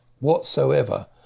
whatsoever